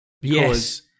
Yes